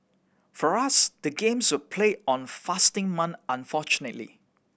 for us the games were played on fasting month unfortunately